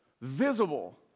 visible